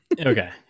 Okay